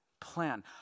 plan